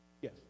Yes